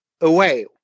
away